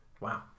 Wow